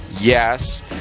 Yes